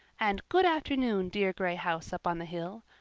and good afternoon, dear gray house up on the hill.